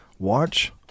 Watch